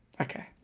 Okay